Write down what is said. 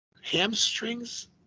Hamstrings